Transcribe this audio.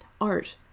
Art